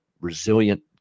resilient